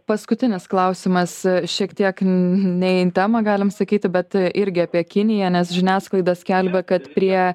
paskutinis klausimas šiek tiek ne į temą galim sakyti bet irgi apie kiniją nes žiniasklaida skelbia kad prie